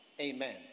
Amen